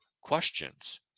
questions